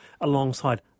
alongside